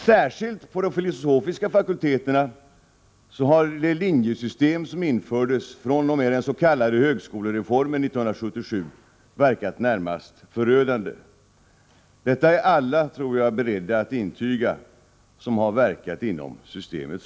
Särskilt på de filosofiska fakulteterna har det linjesystem, som infördes med den s.k. högskolereformen 1977, verkat närmast förödande. Detta är alla som har verkat inom systemets ram beredda att intyga.